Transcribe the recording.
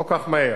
לא כל כך מהר.